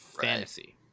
fantasy